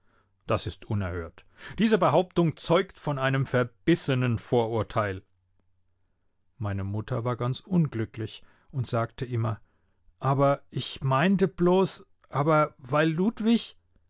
das ist unerhört diese behauptung zeugt von einem verbissenen vorurteil meine mutter war ganz unglücklich und sagte immer aber ich meinte bloß aber weil